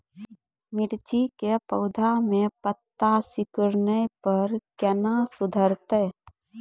मिर्ची के पौघा मे पत्ता सिकुड़ने पर कैना सुधरतै?